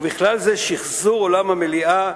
ובכלל זה שחזור אולם המליאה,